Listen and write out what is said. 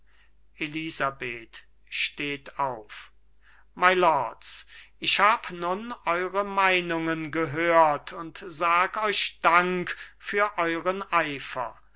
elisabeth steht auf mylords ich hab nun eure meinungen gehört und sag euch dank für euren eifer